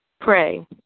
Pray